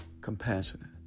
compassionate